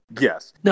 Yes